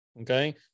Okay